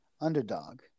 underdog